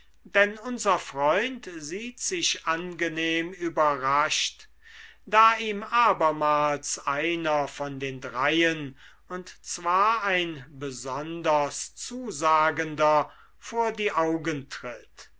denn unser freund sieht sich angenehm überrascht da ihm abermals einer von den dreien und zwar ein besonders zusagender vor die augen tritt